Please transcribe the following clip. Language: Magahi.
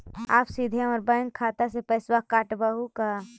आप सीधे हमर बैंक खाता से पैसवा काटवहु का?